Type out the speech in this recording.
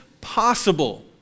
possible